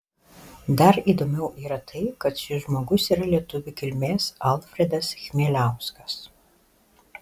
dar įdomiau yra tai kad šis žmogus yra lietuvių kilmės alfredas chmieliauskas